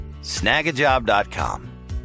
snagajob.com